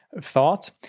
thought